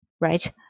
right